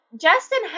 Justin